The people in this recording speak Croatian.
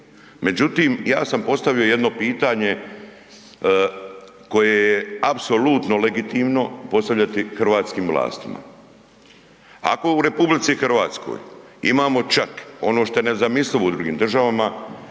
Međutim, ja sam postavio jedno pitanje koje je apsolutno legitimno postavljati hrvatskim vlastima. Ako u RH imamo čak, ono što je nezamislivo u drugim državama,